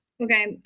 okay